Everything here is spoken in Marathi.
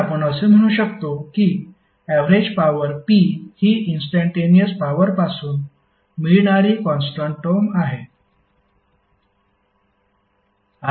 तर आपण असे म्हणू शकतो की ऍवरेज पॉवर P हि इंस्टंटेनिअस पॉवरपासून मिळणारी कॉन्स्टन्ट टर्म आहे